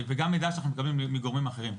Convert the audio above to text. וגם מידע שאנחנו מקבלים מגורמים אחרים.